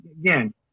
again